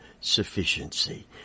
sufficiency